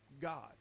God